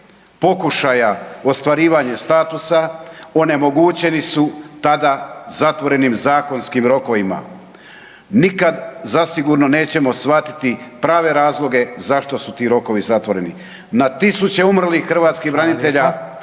pokušaja ostvarivanje statusa onemogućeni su tada zatvorenim zakonskim rokovima. Nikad zasigurno nećemo shvatiti prave razloge zašto su ti rokovi zatvoreni. Na tisuće umrlih hrvatskih branitelja